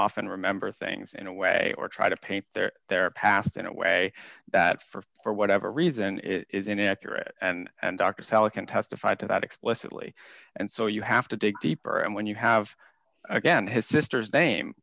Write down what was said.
often remember things in a way or try to paint their their past in a way that for whatever reason is inaccurate and dr salah can testify to that explicitly and so you have to dig deeper and when you have again his sister's name